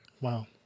Wow